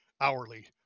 hourly